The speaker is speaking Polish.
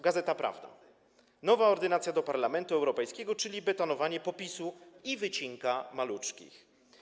Gazeta Prawna”: „Nowa ordynacja do Parlamentu Europejskiego, czyli betonowanie PO-PiS-u i wycinka maluczkich”